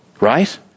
right